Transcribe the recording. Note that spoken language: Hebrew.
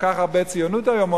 כל כך הרבה ציונות היום,